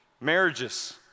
Marriages